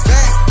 Back